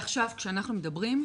עכשיו כשאנחנו מדברים,